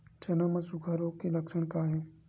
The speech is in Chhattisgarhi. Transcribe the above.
चना म सुखा रोग के लक्षण का हे?